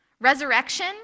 resurrection